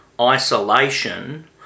isolation